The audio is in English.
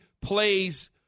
plays